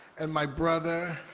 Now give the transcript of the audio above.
and my brother,